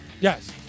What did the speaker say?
Yes